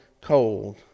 cold